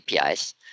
APIs